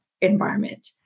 environment